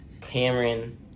Cameron